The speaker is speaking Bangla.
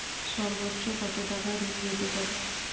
সর্বোচ্চ কত টাকা ঋণ পেতে পারি?